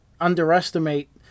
underestimate